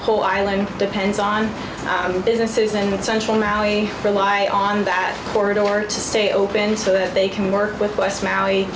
whole island depends on businesses and central valley rely on that corridor to stay open so that they can work with west maui